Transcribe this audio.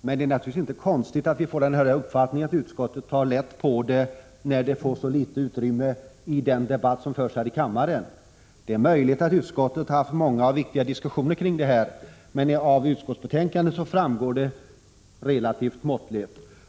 Men det är naturligtvis inte konstigt att man får uppfattningen att utskottet tar lätt på dessa frågor när de får så litet utrymme i den debatt som förs här i kammaren. Det är möjligt att utskottet haft många och viktiga diskussioner kring detta, men av utskottsbetänkandet framgår det relativt måttligt.